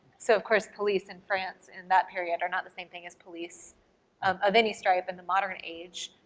so, of course, police in france in that period are not the same thing as police of any stripe in the modern age.